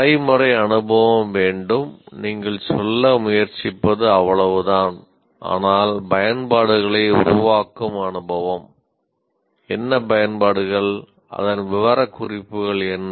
நடைமுறை அனுபவம் வேண்டும் நீங்கள் சொல்ல முயற்சிப்பது அவ்வளவுதான் ஆனால் பயன்பாடுகளை உருவாக்கும் அனுபவம் என்ன பயன்பாடுகள் அதன் விவரக்குறிப்புகள் என்ன